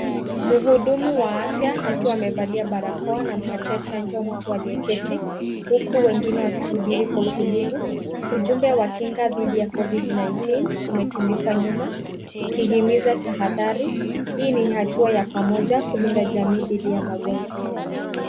Mhudumu wa afya akiwa amevalia barakoa anampatia chanjo mtu aliyeketi huku wengine wakisubiri kwa utulivu. Ujumbe wa kinga dhidi ya Covid 19 umetundikwa nyuma ukihimiza tahadhari. Hii ni hatua ya pamoja kulinda jamii dhidi ya magonjwa.